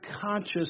conscious